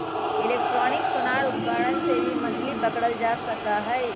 electronic sonar उपकरण से भी मछली पकड़ल जा सका हई